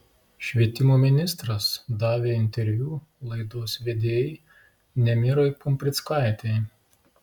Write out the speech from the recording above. švietimo ministras davė interviu laidos vedėjai nemirai pumprickaitei